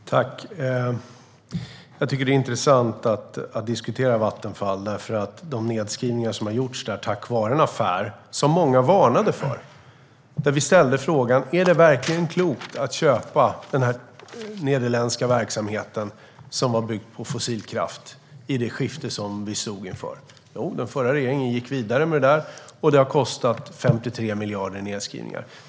Herr talman! Jag tycker att det är intressant att diskutera Vattenfall med tanke på de nedskrivningar som har gjorts där på grund av en affär som många varnade för. Vi ställde frågan om det verkligen var klokt att köpa den här nederländska verksamheten, byggd på fossilkraft, i det skifte som vi stod inför. Den förra regeringen gick vidare med det, och det har kostat 53 miljarder i nedskrivningar.